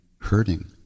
hurting